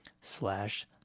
slash